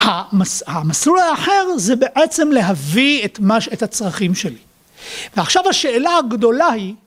המסלול האחר זה בעצם להביא את מה ש..., את הצרכים שלי. ועכשיו השאלה הגדולה היא...